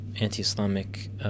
anti-Islamic